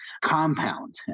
compound